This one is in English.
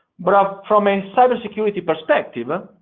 but from a cyber security perspective, ah